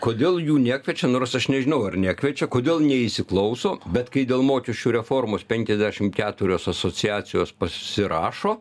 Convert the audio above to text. kodėl jų nekviečia nors aš nežinau ar nekviečia kodėl neįsiklauso bet kai dėl mokesčių reformos penkiasdešim keturios asociacijos pasirašo